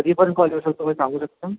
कधीपर्यंत कॉल येऊ शकतो काही सांगू शकता